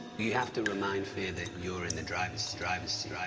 you have to remind fear that you're in the driver's driver's seat.